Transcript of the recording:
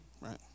right